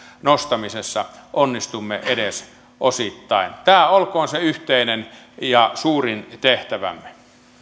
nostamisessa onnistumme edes osittain tämä olkoon se yhteinen ja suurin tehtävämme